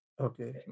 Okay